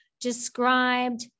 described